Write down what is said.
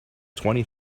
twenty